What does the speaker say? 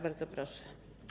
Bardzo proszę.